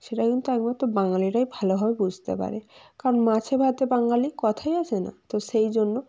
সেটা কিন্তু একমাত্র বাঙালিরাই ভালোভাবে বুঝতে পারে কারণ মাছে ভাতে বাঙালি কথায় আছে না তো সেই জন্য